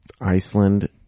Iceland